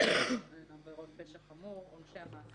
שמנויות הן עבירות פשע חמור, עונשי המאסר חמורים.